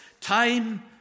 time